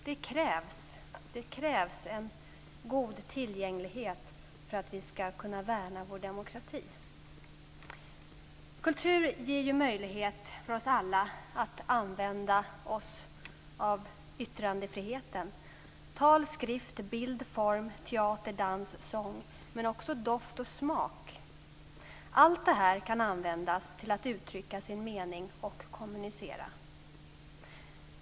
Det krävs en god tillgänglighet för att vi ska kunna värna vår demokrati. Kultur ger möjlighet för oss alla att använda oss av yttrandefriheten: tal, skrift, bild, form, teater, dans, sång men också doft och smak. Allt det kan användas till att uttrycka sin mening och kommunicera.